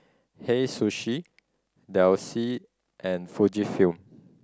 Hei Sushi Delsey and Fujifilm